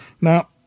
Now